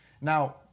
Now